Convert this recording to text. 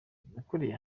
nakuriye